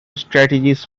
strategies